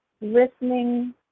listening